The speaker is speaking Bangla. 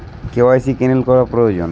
কে.ওয়াই.সি ক্যানেল করা প্রয়োজন?